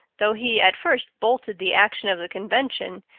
though he at first bolted the action of the convention,